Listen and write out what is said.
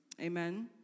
Amen